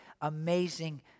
amazing